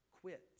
quit